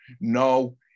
No